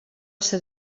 ser